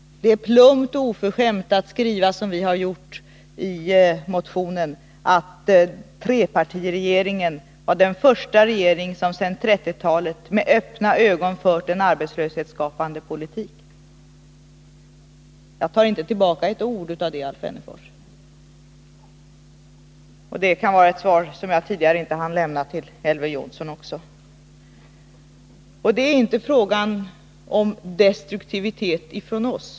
Det är plumpt och oförskämt att skriva som vi gjort i motionen, att trepartiregeringen var den första regering som sedan 1930-talet med öppna ögon fört en arbetslöshetsskapande politik, säger Alf Wennerfors. Jag tar inte tillbaka ett ord av det, Alf Wennerfors. Det kan också vara ett svar som jag inte tidigare hann lämna till Elver Jonsson. Det är inte fråga om destruktivitet från oss.